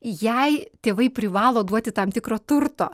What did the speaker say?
jei tėvai privalo duoti tam tikro turto